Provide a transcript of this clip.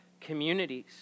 communities